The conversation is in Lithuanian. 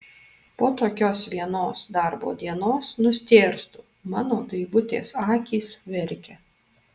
po tokios vienos darbo dienos nustėrstu mano daivutės akys verkia